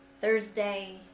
Thursday